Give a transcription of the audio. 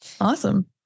Awesome